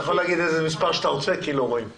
אתה יכול לומר איזה מספר שאתה רוצה כי לא רואים.